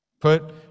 Put